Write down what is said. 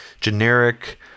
generic